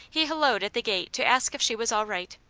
he hallooed at the gate to ask if she was all right.